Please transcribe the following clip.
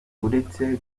uretse